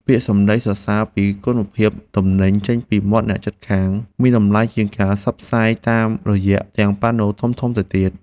ពាក្យសម្ដីសរសើរពីគុណភាពទំនិញចេញពីមាត់អ្នកជិតខាងមានតម្លៃជាងការផ្សព្វផ្សាយតាមរយៈផ្ទាំងប៉ាណូធំៗទៅទៀត។